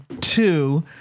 two